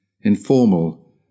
informal